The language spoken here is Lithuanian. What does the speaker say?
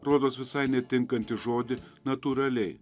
rodos visai netinkantį žodį natūraliai